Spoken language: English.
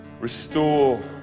restore